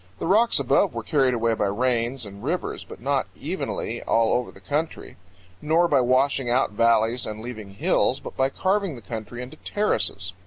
the rocks above were carried away by rains and rivers, but not evenly all over the country nor by washing out valleys and leaving hills, but by carving the country into terraces.